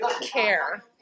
care